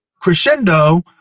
Crescendo